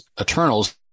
eternals